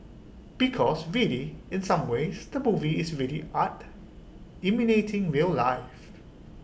because really in some ways the movie is really art imitating real life